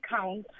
count